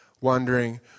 wondering